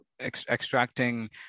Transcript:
extracting